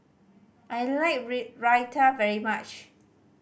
I like Raita very much